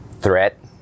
Threat